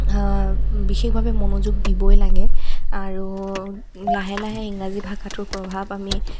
বিশেষভাৱে মনোযোগ দিবই লাগে আৰু লাহে লাহে ইংৰাজী ভাষাটোৰ প্ৰভাৱ আমি